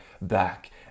back